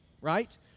right